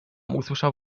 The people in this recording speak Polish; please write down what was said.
usłyszał